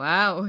Wow